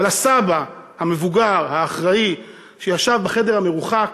אבל הסבא, המבוגר האחראי, שישב בחדר המרוחק,